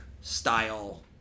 style